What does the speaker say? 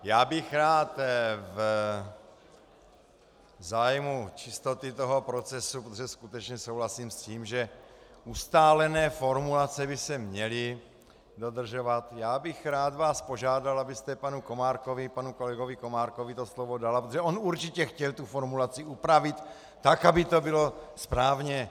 Já bych rád v zájmu čistoty toho procesu, protože skutečně souhlasím s tím, že ustálené formulace by se měly dodržovat, rád bych vás požádal, abyste panu kolegovi Komárkovi to slovo dala, protože on určitě chtěl tu formulaci upravit tak, aby to bylo správně.